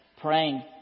Praying